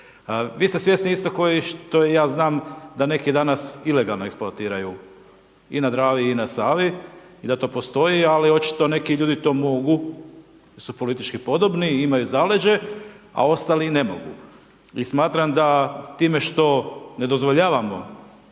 Vi ste svjesni isto kao i što ja znam da neki danas ilegalno eksploatiraju i na Dravi i na Savi i da to postoji, ali očito neki ljudi to mogu, su politički podobni imaju zaleđe, a ostali ne mogu. I smatram da time što ne dozvoljavamo